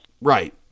Right